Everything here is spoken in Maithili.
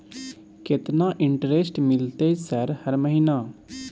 केतना इंटेरेस्ट मिलते सर हर महीना?